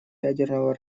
ядерного